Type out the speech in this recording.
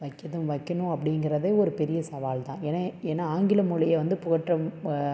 வைக்கிறதும் வைக்கணும் அப்படிங்கிறதே ஒரு பெரிய சவால் தான் ஏன்னால் ஏன்னால் ஆங்கிலம் மொழியை வந்து போற்றவும்